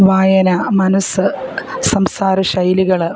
വായന മനസ്സ് സംസാര ശൈലികൾ